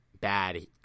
bad